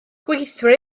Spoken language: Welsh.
gweithwyr